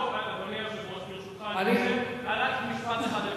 אדוני היושב-ראש, ברשותך, רק משפט אחד.